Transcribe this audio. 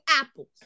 apples